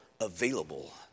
available